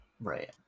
Right